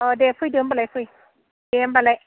अ दे फैदो होमब्लालाय फै दे होमब्लालाय